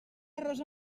arròs